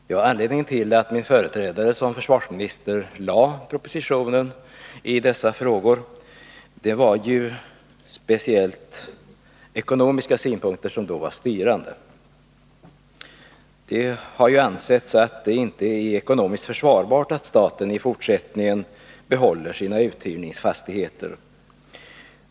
Herr talman! Anledningen till att regeringen lade fram propositionen i dessa frågor var speciellt de ekonomiska synpunkter som då var styrande. Det har ju ansetts att det inte är ekonomiskt försvarbart att staten i fortsättningen behåller sina uthyrningsfastigheter.